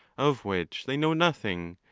of which they know nothing,